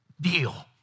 deal